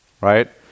Right